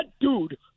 dude